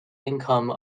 income